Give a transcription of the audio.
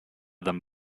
them